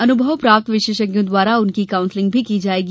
अनुभव प्राप्त विशेषज्ञों द्वारा उनकी काउन्सिलिंग भी की जायेगी